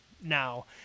now